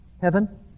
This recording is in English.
Heaven